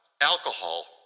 alcohol